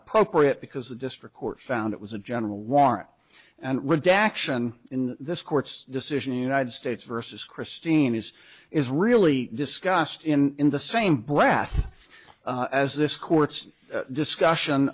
appropriate because the district court found it was a general warrant and redaction in this court's decision united states versus christine is is really discussed in the same breath as this court's discussion